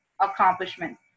accomplishment